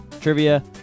Trivia